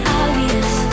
obvious